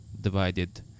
divided